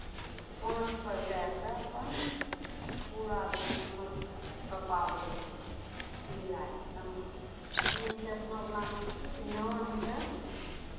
पाँचपर दए कऽ अपन पूरा दै छै नमहर टपाबै लए सिलाइमे ई रहै छै अपनावलामे कि नानि कऽ